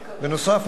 בנוסף,